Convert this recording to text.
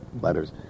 letters